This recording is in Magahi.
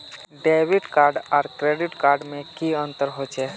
डेबिट कार्ड आर क्रेडिट कार्ड में की अंतर होचे?